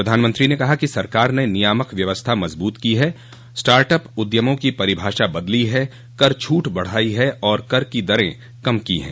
प्रधानमंत्री ने कहा कि सरकार ने नियामक व्यवस्था मजबूत की है स्टार्ट अप उद्यमों की परिभाषा बदली है कर छूट बढ़ाई है और कर की दरें कम की हैं